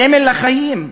סמל לחיים.